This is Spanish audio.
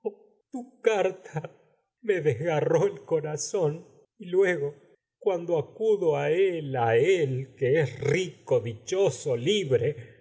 tu carta me desgarró el corazón y luego cuando acudo á él á él que es rico dichoso libre